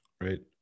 right